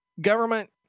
government